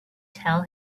tell